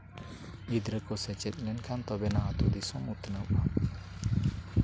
ᱜᱤᱫᱽᱨᱟᱹ ᱠᱚ ᱥᱮᱪᱮᱫ ᱞᱮᱱᱠᱷᱟᱱ ᱛᱚᱵᱮ ᱟᱱᱟᱜ ᱟᱹᱛᱩ ᱫᱤᱥᱚᱢ ᱩᱛᱱᱟᱹᱣ ᱦᱩᱭᱩᱜᱼᱟ